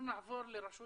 אנחנו נעבור לרשות